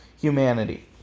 humanity